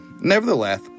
Nevertheless